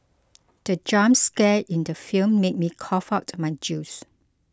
the jump scare in the film made me cough out my juice